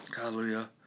hallelujah